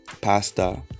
pasta